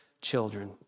children